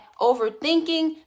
overthinking